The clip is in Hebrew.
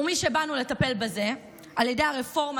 ומשבאנו לטפל בזה על ידי הרפורמה,